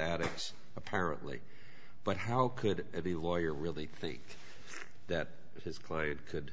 us apparently but how could the lawyer really think that if his cloyd could